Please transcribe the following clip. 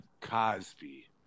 Cosby